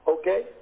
Okay